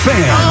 Fan